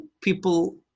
people